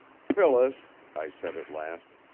phyllis, i said at last,